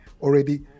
already